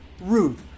Ruth